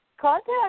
contact